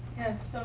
yes, so.